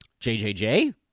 JJJ